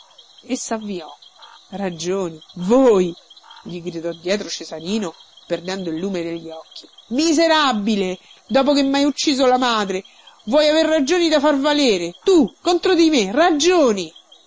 e savvio ragioni voi gli gridò dietro cesarino perdendo il lume degli occhi miserabile dopo che mhai ucciso la madre vuoi aver ragioni da far valere tu contro di me ragioni